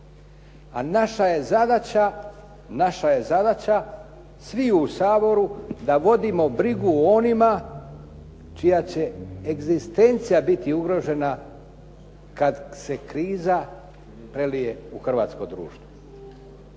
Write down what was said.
ništa ne osporava, a naša je zadaća sviju u Saboru da vodimo brigu o onima čija će egzistencija biti ugrožena kad se kriza prelije u hrvatsko društvo.